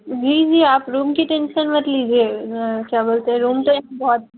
जी जी आप रूम की टेंशन मत लीजिए क्या बोलते है रूम तो एक बहुत